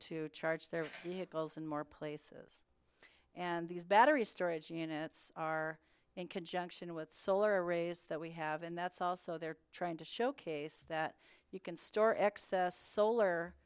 to charge their vehicles in more places and these battery storage units are in conjunction with solar arrays that we have and that's also they're trying to showcase that you can store excess solar